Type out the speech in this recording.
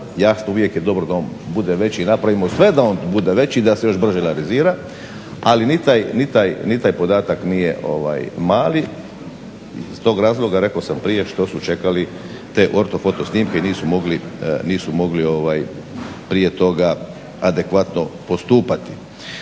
Jasno, uvijek je dobro da on bude veći. I napravimo sve da on bude veći i da se još brže realizira. Ali ni taj podatak nije mali iz tog razloga rekao sam prije što su čekali te ortofoto snimke i nisu mogli prije toga adekvatno postupati.